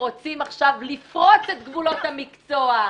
רוצים עכשיו לפרוץ את גבולות המקצוע,